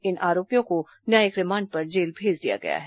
इन आरोपियों को न्यायिक रिमांड पर जेल भेज दिया गया है